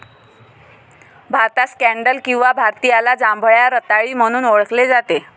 भारतात स्कँडल किंवा भारतीयाला जांभळ्या रताळी म्हणून ओळखले जाते